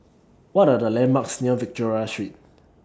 What Are The landmarks near Victoria Street